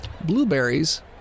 Blueberries